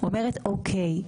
אומרת אוקיי,